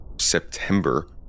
september